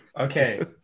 Okay